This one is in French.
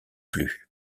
plus